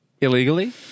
illegally